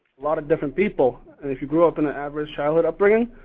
lot of different people and if you grew up in a average childhood upbringing,